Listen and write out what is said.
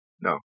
No